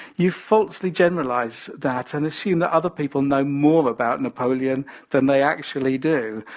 you falsely generalize that and assume that other people know more about napoleon than they actually do.